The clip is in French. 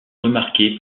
remarqué